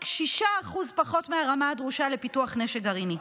רק 6% פחות מהרמה הדרושה לפיתוח נשק גרעיני.